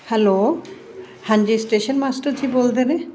hello ਹਾਂਜੀ station master ਜੀ ਬੋਲਦੇ ਨੇ